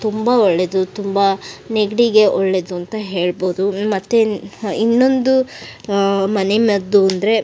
ತುಂಬ ಒಳ್ಳೆದು ತುಂಬ ನೆಗಡಿಗೆ ಒಳ್ಳೆದು ಅಂತ ಹೇಳ್ಬೋದು ಮತ್ತು ಇನ್ನೊಂದು ಮನೆ ಮದ್ದು ಅಂದರೆ